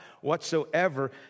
whatsoever